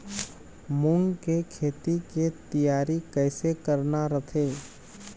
मूंग के खेती के तियारी कइसे करना रथे?